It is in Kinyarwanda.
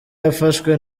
yafashwe